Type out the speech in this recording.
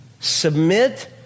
submit